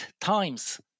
times